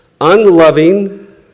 unloving